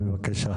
בבקשה.